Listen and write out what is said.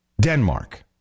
Denmark